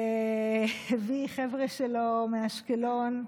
הביא חבר'ה שלו מאשקלון,